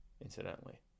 incidentally